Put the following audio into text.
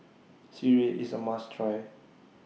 Sireh IS A must Try